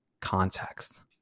context